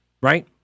right